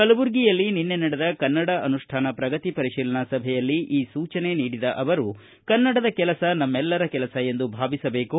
ಕಲಬುರಗಿಯಲ್ಲಿ ನಿನ್ನೆ ನಡೆದ ಕನ್ನಡ ಅನುಷ್ಠಾನ ಪ್ರಗತಿ ಪರಿತೀಲನಾ ಸಭೆಯಲ್ಲಿ ಈ ಸೂಚನೆ ನೀಡಿದ ಅವರು ಕನ್ನಡದ ಕೆಲಸ ನಮ್ಮೆಲ್ಲರ ಕೆಲಸ ಎಂದು ಭಾವಿಸಬೇಕು